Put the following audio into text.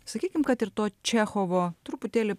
sakykim kad ir to čechovo truputėlį